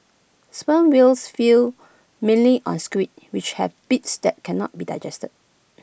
sperm whales feed mainly on squid which have beaks that cannot be digested